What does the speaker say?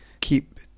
keep